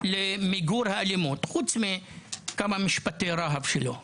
למיגור האלימות, חוץ מכמה משפטי רהב שלו.